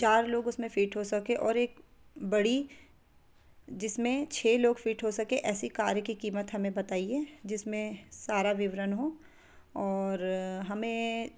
चार लोग उसमें फ़िट हो सकें और एक बड़ी जिसमें छे लोग फ़िट हो सकें ऐसी कार की क़ीमत हमें बताइए जिसमें सारा विवरण हो और हमें